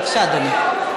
בבקשה, אדוני.